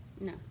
No